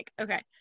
Okay